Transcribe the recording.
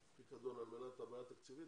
הפיקדון על מנת למנוע בעיה תקציבית,